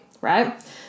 right